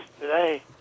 today